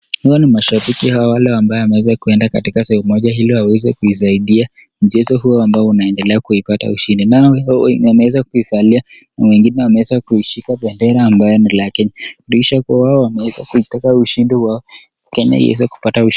Hawa ni mashabiki ambao wameenda katika mchezo ili waweze kuisaidia mchezo huo ambao wanataka kupata ushindi .Wameweza kuivalia jezi ,mwingine ameshika bendera ambayo ni ya Kenya. Inaonyesha kuwa wanataka kenya ipate ushindi.